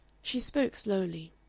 she spoke slowly.